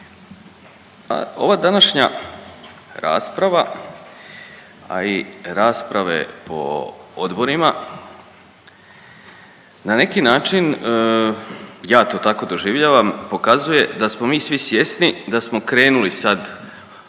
ova današnja rasprava, a i rasprave po odborima na neki način ja to tako doživljavam, pokazuje da smo mi svi svjesni da smo krenuli sad od ove